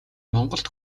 монголд